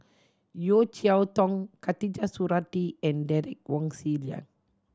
Yeo Cheow Tong Khatijah Surattee and Derek Wong Zi Liang